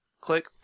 click